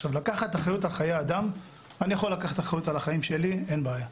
אני יכול לקחת אחריות על החיים שלי, אין בעיה,